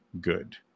good